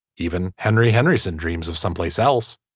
even henry henriksen dreams of someplace else.